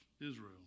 Israel